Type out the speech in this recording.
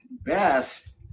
best